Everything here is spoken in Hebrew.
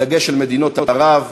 בדגש על מדינות ערב,